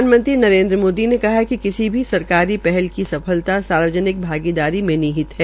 प्रधानमंत्री नरेन्द्र मोदी ने कहा है कि किसी भी सरकारी पहल की सफलता सार्वजनिक भागीदारी में नीहित है